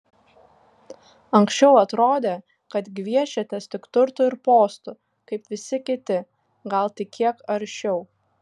anksčiau atrodė kad gviešiatės tik turtų ir postų kaip visi kiti gal tik kiek aršiau